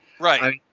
Right